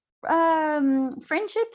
friendships